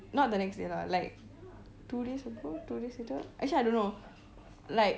not the next day lah like two days ago two days later actually I don't know like